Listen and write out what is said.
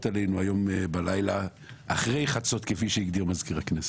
עלינו היום בלילה אחרי חצות כפי שהגדיר מזכיר הכנסת.